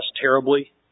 terribly